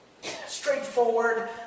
Straightforward